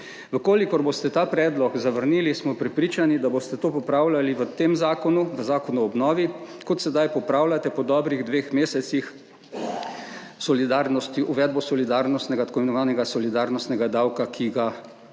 V kolikor boste ta predlog zavrnili, smo prepričani, da boste to popravljali v tem zakonu, v zakonu o obnovi, kot sedaj popravljate po dobrih dveh mesecih solidarnost..., uvedbo solidarnostnega, t. i. solidarnostnega davka, ki ga